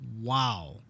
wow